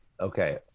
Okay